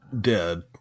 dead